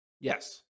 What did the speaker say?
Yes